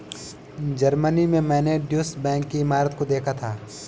Germany में मैंने Deutsche bank की इमारत को देखा था